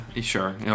sure